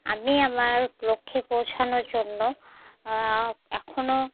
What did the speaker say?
আমি আমার লক্ষ্যে পৌঁছানোর জন্য এখনও